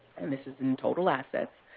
and this is in total assets.